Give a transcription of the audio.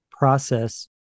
process